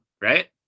right